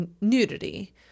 nudity